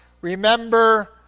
remember